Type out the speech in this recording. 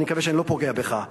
ואני מקווה שאני לא פוגע בך,